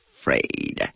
afraid